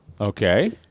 Okay